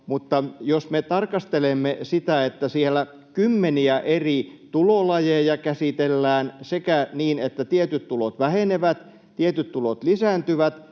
Mutta jos me tarkastelemme sitä, että siellä kymmeniä eri tulolajeja käsitellään niin, että tietyt tulot vähenevät, tietyt tulot lisääntyvät